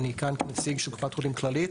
אני כנציג של קופת חולים כללית.